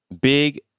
Big